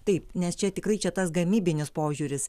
taip nes čia tikrai čia tas gamybinis požiūris